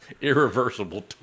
Irreversible